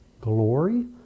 glory